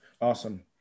Awesome